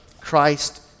Christ